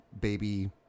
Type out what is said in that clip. baby